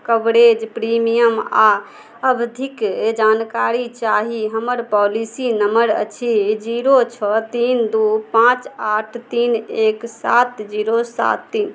coverage premium आ अवधिक जानकारी चाही हमर पॉलिसी नंबर अछि जीरो छओ तीन दू पाँच आठ तीन एक सात जीरो सात तीन